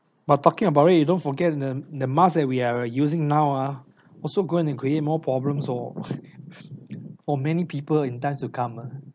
but talking about it you don't forget the the mask that we are using now ah also go and create more problems oh for many people in times to come ah